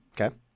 Okay